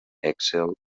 excel